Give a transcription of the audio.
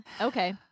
Okay